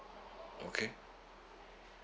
okay